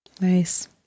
Nice